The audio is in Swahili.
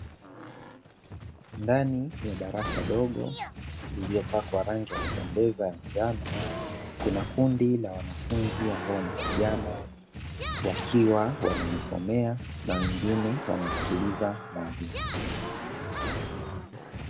Ndani ya darasa dogo lililopakwa rangi ya kupendezwa ya njano, kuna kundi la wanafunzi ambao ni vijana, wakiwa wanajisomea na wengine wanamsikiliza mwalimu.